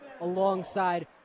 alongside